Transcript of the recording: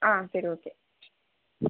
சரி ஓகே